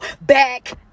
back